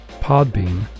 Podbean